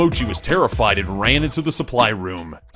emojie was terrified and ran into the supply room.